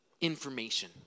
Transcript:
information